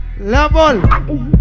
Level